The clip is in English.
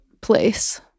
place